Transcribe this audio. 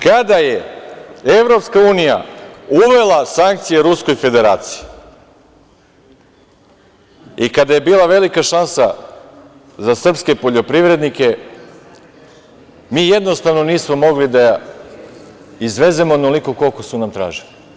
Kada je EU uvela sankcije Ruskoj Federaciji i kada je bila velika šansa za srpske poljoprivrednike, mi jednostavno nismo mogli da izvezemo onoliko koliko su nam tražili.